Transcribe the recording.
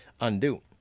undo